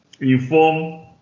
inform